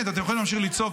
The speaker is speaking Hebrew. אתם יכולים להמשיך לצעוק.